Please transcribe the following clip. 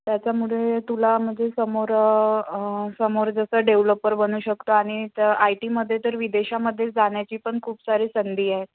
त्याच्यामुळे तुला म्हणजे समोर समोर जसं डेव्हलपर बनू शकतो आणि तर आय टीमध्ये तर विदेशामध्ये जाण्याची पण खूप सारे संधी आहेत